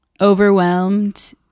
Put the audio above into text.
overwhelmed